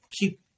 keep